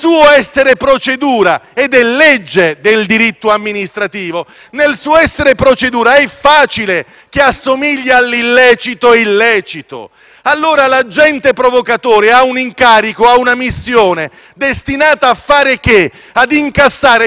ed è legge del diritto amministrativo - è facile che assomigli all'illecito il lecito. Allora, l'agente provocatore ha un incarico, una missione destinata a fare cosa? Ad incassare quale risultato?